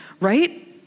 right